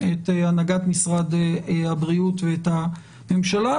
את הנהגת משרד הבריאות ואת הממשלה,